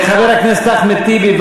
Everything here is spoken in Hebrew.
חבר הכנסת אחמד טיבי,